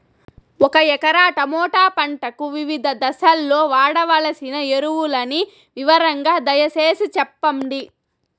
ఒక ఎకరా టమోటా పంటకు వివిధ దశల్లో వాడవలసిన ఎరువులని వివరంగా దయ సేసి చెప్పండి?